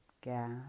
gas